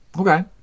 Okay